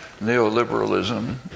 neoliberalism